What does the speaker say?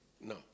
No